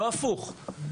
לא הפוך.